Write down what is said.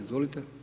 Izvolite.